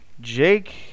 Jake